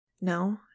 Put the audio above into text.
No